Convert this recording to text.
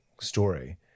story